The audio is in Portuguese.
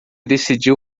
decidiu